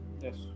Yes